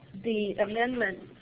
the amendment,